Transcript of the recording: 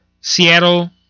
seattle